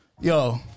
Yo